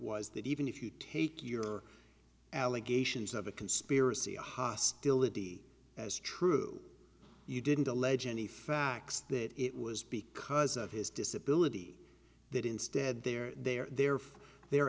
was that even if you take your allegations of a conspiracy of hostility as true you didn't allege any facts that it was because of his disability that instead they're there for their